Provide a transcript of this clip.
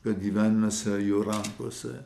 kad gyvenimas yra jų rankose